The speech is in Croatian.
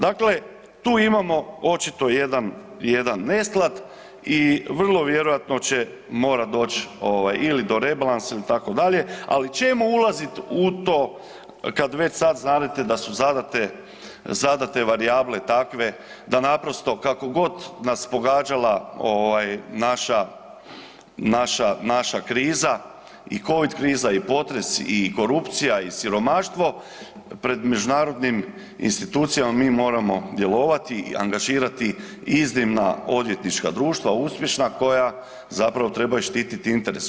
Dakle, tu imamo očito jedan, jedan nesklad i vrlo vjerojatno će morati doći ovaj ili do rebalansa itd., ali čemu ulaziti u to kad već sad znadete da su zadate, zadate varijable takve da naprosto kako god nas pogađala ovaj naša, naša, naša kriza i Covid kriza i potres i korupcija i siromaštvo, pred međunarodnim institucijama mi moramo djelovati i angažirati iznimna odvjetnička društva uspješna koja zapravo trebaju štiti interese.